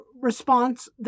response